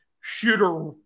shooter-